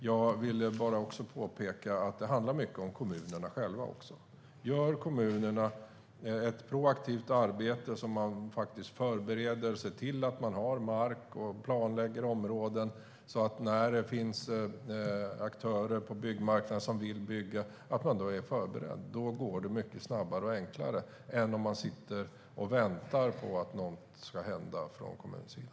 Jag vill också påpeka att det handlar mycket om kommunerna själva. Gör kommunerna ett proaktivt arbete som innebär att man förbereder, att det finns mark och att man planlägger områden och om det finns aktörer på marknaden som vill bygga, ja, då är de förberedda. Då går det mycket snabbare och enklare än om man som kommun sitter och väntar på att något ska hända.